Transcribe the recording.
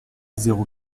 zéro